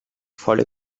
volle